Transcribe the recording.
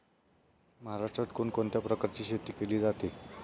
महाराष्ट्रात कोण कोणत्या प्रकारची शेती केली जाते?